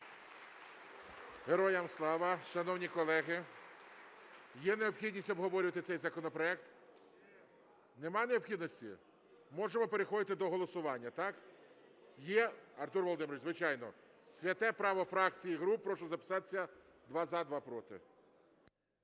Героям слава! Шановні колеги, є необхідність обговорювати цей законопроект? Немає необхідності? Можемо переходити до голосування, так? Є? Артуре Володимировичу, звичайно, святе право фракцій і груп. Прошу записатися: два – за, два – проти.